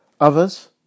others